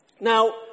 Now